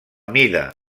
mida